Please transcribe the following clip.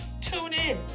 TuneIn